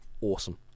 awesome